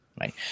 Right